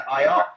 IR